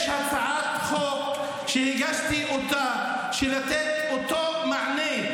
יש הצעת חוק שהגשתי לתת את אותו מענה,